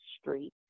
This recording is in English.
Street